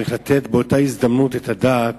צריך לתת באותה ההזדמנות את הדעת